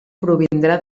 provindrà